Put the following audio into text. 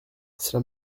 cela